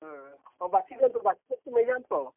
ହଁ ହଁ ବାଛି ଦିଅନ୍ତୁ ବାଛି ଦେଇକି ନେଇ ଯାଆନ୍ତୁ ଆଉ